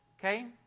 okay